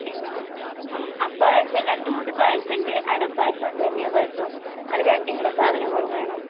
പിന്നെ ആ പായസം രണ്ടു കൂട്ട് പായസം ഉണ്ട് അടപ്പായസം സേമിയപ്പായസം അതു രണ്ടിൻ്റെ സാധനങ്ങൾ വേണം